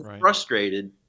frustrated